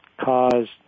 caused